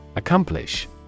Accomplish